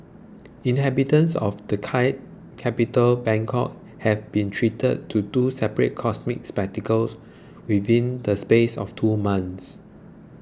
inhabitants of the Thai capital Bangkok have been treated to two separate cosmic spectacles within the space of two months